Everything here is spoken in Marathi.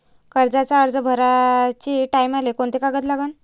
कर्जाचा अर्ज भराचे टायमाले कोंते कागद लागन?